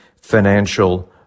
financial